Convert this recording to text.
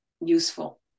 useful